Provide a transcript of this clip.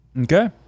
okay